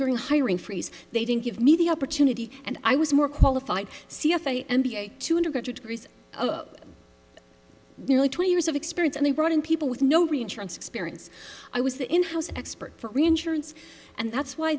during hiring freeze they didn't give me the opportunity and i was more qualified c f a m b a to undergraduate degrees nearly twenty years of experience and they brought in people with no reinsurance experience i was the in house expert for reinsurance and that's why